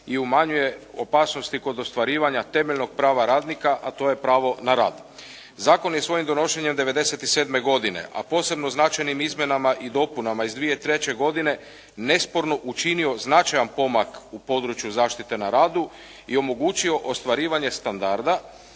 i umanjuje opasnosti kod ostvarivanja temeljnog prava radnika, a to je pravo na rad. Zakon je svojim donošenjem '97, godine, a posebno značajnim izmjenama i dopunama iz 2003. godine nesporno učinio značajan pomak u području zaštite na radu i omogućio ostvarivanje standarda